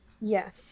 Yes